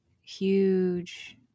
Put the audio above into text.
huge